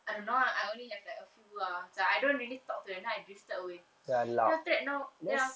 I don't know ah I only have like a few ah macam I don't really talk to them and then I drifted away then after that now then after